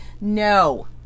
No